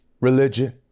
Religion